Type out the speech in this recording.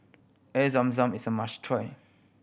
Air Zam Zam is a must try